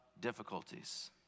difficulties